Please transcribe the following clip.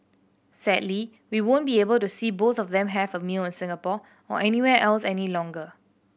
sadly we won't be able to see both of them have a meal in Singapore or anywhere else any longer